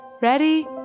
Ready